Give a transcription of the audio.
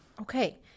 okay